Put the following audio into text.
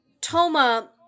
Toma